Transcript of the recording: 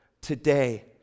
today